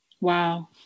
Wow